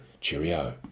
Cheerio